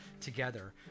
together